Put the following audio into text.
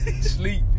Sleep